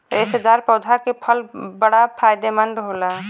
रेशेदार पौधा के फल बड़ा फायदेमंद होला